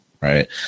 right